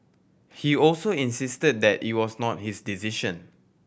he also insisted that it was not his decision